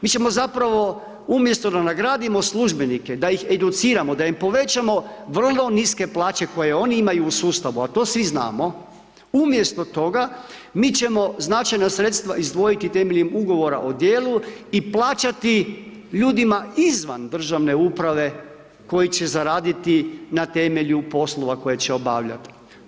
Mi ćemo zapravo umjesto da nagradimo službenike, da ih educiramo, da im povećamo vrlo niske plaće koje oni imaju u sustavu, a to svi znamo, umjesto toga mi ćemo značajna sredstva izdvojiti temeljem ugovora o djelu i plaćati ljudima izvan državne uprave koji će zaraditi na temelju poslova koje će obavljat.